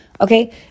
Okay